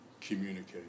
communicate